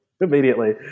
immediately